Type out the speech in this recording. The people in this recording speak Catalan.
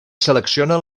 selecciona